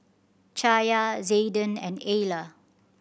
Chaya Zaiden and Ayla